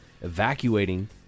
evacuating